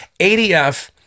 ADF